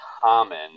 common